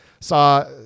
Saw